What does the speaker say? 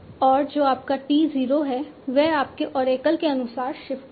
और जो आपका t 0 है वह आपके ओरेकल के अनुसार शिफ्ट है